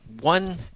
one